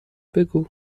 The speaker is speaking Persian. بگو